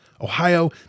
Ohio